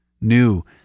New